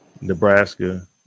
Nebraska